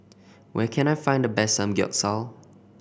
where can I find the best Samgyeopsal